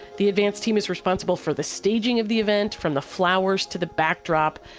the advance team is responsible for the staging of the event, from the flowers to the backdrop,